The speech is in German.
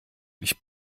ich